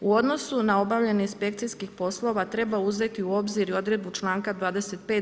U odnosu na obavljanje inspekcijskih poslova treba uzeti u obzir i odredbu članka 25.